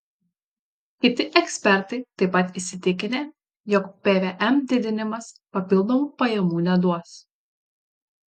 kiti ekspertai taip pat įsitikinę jog pvm didinimas papildomų pajamų neduos